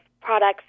products